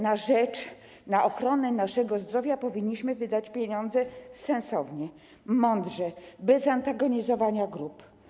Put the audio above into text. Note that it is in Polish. Na ochronę naszego zdrowia powinniśmy wydawać pieniądze sensownie, mądrze, bez antagonizowania grup.